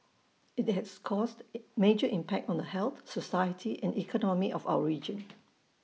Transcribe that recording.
IT has caused major impact on the health society and economy of our region